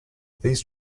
these